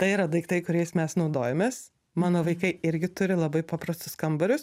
tai yra daiktai kuriais mes naudojamės mano vaikai irgi turi labai paprastus kambarius